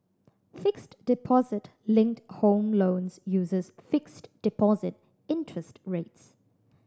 fixed deposit linked home loans uses fixed deposit interest rates